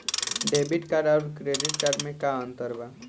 Debit card आउर credit card मे का अंतर बा?